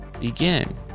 begin